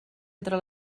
entre